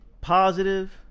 positive